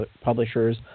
publishers